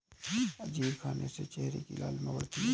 अंजीर खाने से चेहरे की लालिमा बढ़ती है